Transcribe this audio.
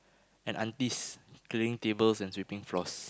and aunties cleaning tables and sweeping floors